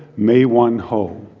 mae wan ho.